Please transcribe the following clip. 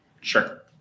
Sure